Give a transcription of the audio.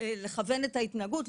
לכוון את ההתנהגות.